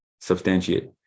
substantiate